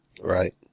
Right